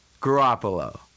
Garoppolo